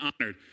honored